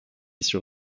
sur